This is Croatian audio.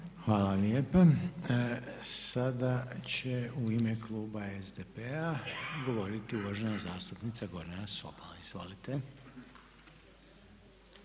Hvala lijepa. Sada će u ime kluba SDP-a govoriti uvažena zastupnica Gordana Sobol. Izvolite.